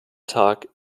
tag